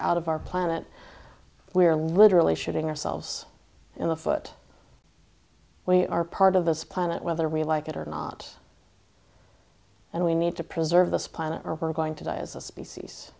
out of our planet we are literally shooting ourselves in the foot we are part of this planet whether we like it or not and we need to preserve this planet or we're going to die as a species